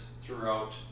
throughout